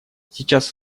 сейчас